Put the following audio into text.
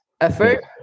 effort